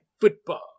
Football